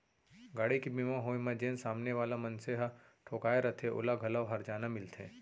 गाड़ी के बीमा होय म जेन सामने वाला मनसे ह ठोंकाय रथे ओला घलौ हरजाना मिलथे